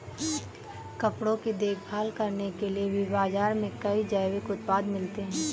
कपड़ों की देखभाल करने के लिए भी बाज़ार में कई जैविक उत्पाद मिलते हैं